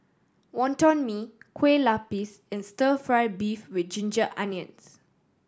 Wonton Mee Kueh Lapis and Stir Fry beef with ginger onions